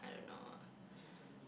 I don't know